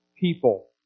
people